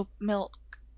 milk